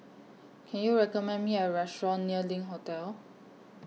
Can YOU recommend Me A Restaurant near LINK Hotel